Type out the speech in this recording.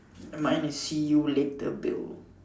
mine is see you later Bill